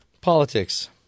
politics